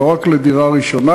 לא רק לקוני דירה ראשונה,